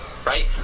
Right